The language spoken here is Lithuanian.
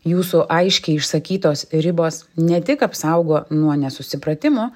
jūsų aiškiai išsakytos ribos ne tik apsaugo nuo nesusipratimų